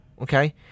Okay